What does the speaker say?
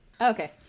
okay